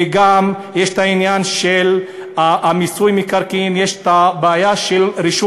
וגם יש העניין של מיסוי המקרקעין יש הבעיה של רישום